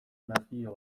nazio